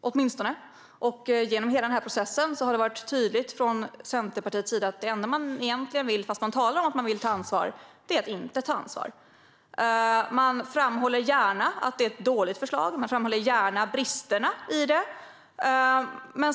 åtminstone, och genom hela denna process har det från Centerpartiets sida varit tydligt att det enda man egentligen vill, fast man talar om att man vill ta ansvar, är att inte ta ansvar. Man framhåller gärna att det är ett dåligt förslag, och man framhåller bristerna i det.